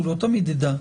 הוא לא תמיד יידע.